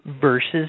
versus